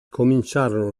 cominciarono